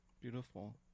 Beautiful